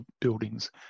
buildings